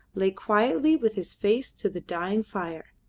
lay quietly with his face to the dying fire.